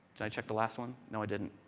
did i check the last one? no i did and